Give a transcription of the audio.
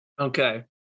Okay